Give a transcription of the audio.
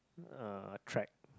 uh track